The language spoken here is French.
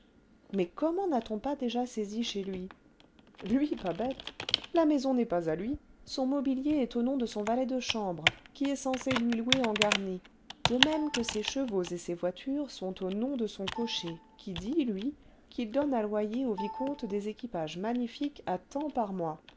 mais comment n'a-t-on pas déjà saisi chez lui lui pas bête la maison n'est pas à lui son mobilier est au nom de son valet de chambre qui est censé lui louer en garni de même que ses chevaux et ses voitures sont au nom de son cocher qui dit lui qu'il donne à loyer au vicomte des équipages magnifiques à tant par mois